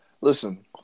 listen